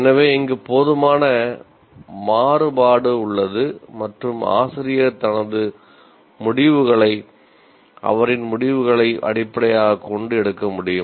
எனவே இங்கு போதுமான மாறுபாடு உள்ளது மற்றும் ஆசிரியர் தனது முடிவுகளை அவரின் முடிவுகளை அடிப்படையாகக் கொண்டு எடுக்க முடியும்